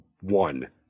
one